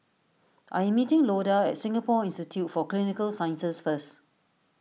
I am meeting Loda at Singapore Institute for Clinical Sciences first